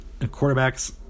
Quarterbacks